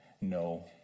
no